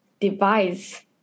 Device